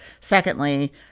Secondly